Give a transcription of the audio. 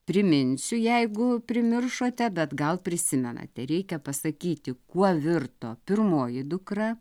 priminsiu jeigu primiršote bet gal prisimenate reikia pasakyti kuo virto pirmoji dukra